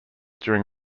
during